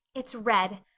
it's red,